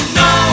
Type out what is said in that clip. no